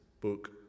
book